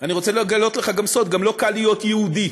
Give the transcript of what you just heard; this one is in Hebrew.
אני רוצה לגלות סוד: גם לא קל להיות יהודי,